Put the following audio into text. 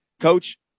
Coach